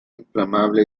inflamable